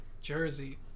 Jersey